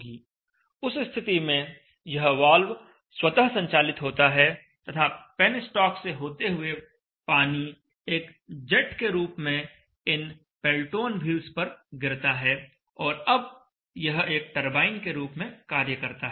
उस स्थिति में यह वाल्व स्वतः संचालित होता है तथा पेनस्टॉक से होते हुए पानी एक जेट के रूप में इन पेल्टोन व्हील्स पर गिरता है और अब यह एक टरबाइन के रूप में कार्य करता है